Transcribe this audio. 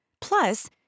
Plus